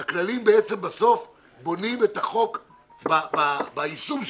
בסוף הכללים בונים את החוק ביישום שלו.